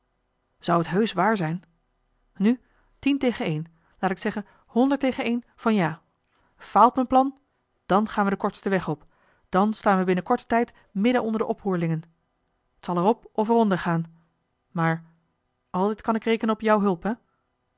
zou het heusch waar zijn nu tien tegen één laat ik zeggen honderd tegen één van ja faalt m'n plan dàn gaan we den kortsten weg op dàn staan we binnen korten tijd midden onder de oproerlingen t zal er op of er onder gaan maar altijd kan ik rekenen op jou hulp hè